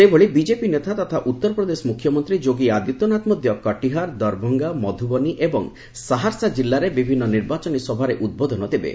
ସେହିଭଳି ବିଜେପି ନେତା ତଥା ଉତ୍ତର ପ୍ରଦେଶ ମୁଖ୍ୟମନ୍ତ୍ରୀ ଯୋଗୀ ଆଦିତ୍ୟନାଥ ମଧ୍ୟ କଟିହାର୍ ଦରଭଙ୍ଗ ମଧୁବନୀ ଏବଂ ସାହାର୍ସା ଜିଲ୍ଲାରେ ବିଭିନ୍ନ ନିର୍ବାଚନ ସଭାରେ ଉଦ୍ବୋଧନ ଦେବେ